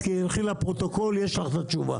תלכי לפרוטוקול יש לך את התשובה.